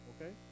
okay